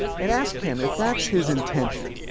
and ask him if that's his intention.